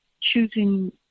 choosing